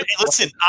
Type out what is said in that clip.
Listen